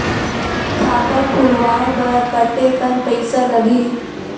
खाता खुलवाय बर कतेकन पईसा लगही?